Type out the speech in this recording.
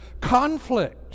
conflict